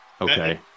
okay